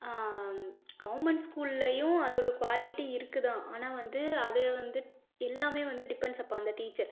government ஸ்கூலையும் அதோடய quality இருக்குது தான் ஆனால் வந்து அதை வந்துட்டு எல்லாமே வந்து டிபெண்ட்ஸ் அப்பான் த டீச்சர்